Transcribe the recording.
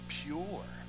pure